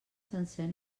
sencer